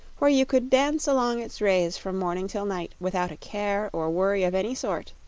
where you could dance along its rays from morning till night, without a care or worry of any sort.